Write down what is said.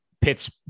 Pitt's